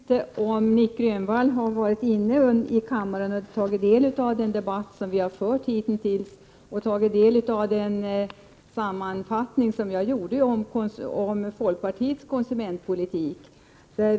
Fru talman! Jag vet inte om Nic Grönvall har varit här i kammaren tidigare i dag och tagit del av debatten hittills. Jag vet alltså inte om han har tagit del av min sammanfattning av folkpartiets konsumentpolitik.